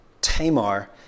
Tamar